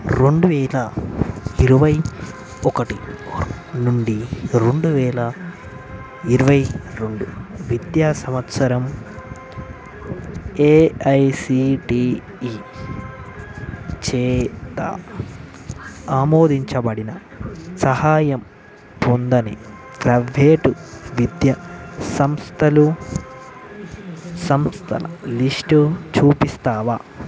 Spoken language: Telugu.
రెండు వేల ఇరవై ఒకటి నుండి రెండు వేల ఇరవై రెండు విద్యా సంవత్సరం ఎఐసిటిఈ చేత ఆమోదించబడిన సహాయం పొందని ప్రైవేటు విద్యా సంస్థలు సంస్థ లిస్టు చూపిస్తావా